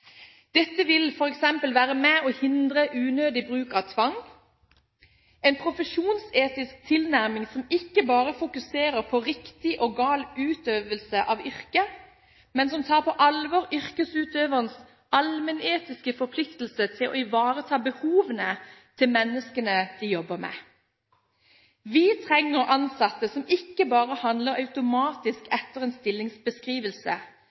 Dette vil f.eks. være med og hindre unødig bruk av tvang. Jeg snakker om en profesjonsetisk tilnærming som ikke bare fokuserer på riktig og gal utøvelse av yrket, men som tar på alvor yrkesutøvernes allmennetiske forpliktelse til å ivareta behovene til menneskene de jobber med. Vi trenger ansatte som ikke bare handler automatisk